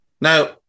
Now